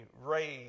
raised